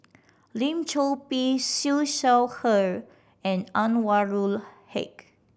Lim Chor Pee Siew Shaw Her and Anwarul Haque